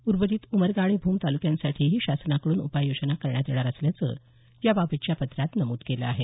उर्वरित उमरगा आणि भूम तालुक्यांसाठीही शासनाकडून उपाययोजना करण्यात येणार असल्याचं याबाबतच्या पत्रात नमूद केलं आहे